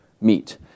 meet